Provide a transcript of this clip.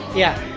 yeah.